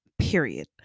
period